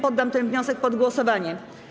Poddam ten wniosek pod głosowanie.